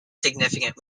significant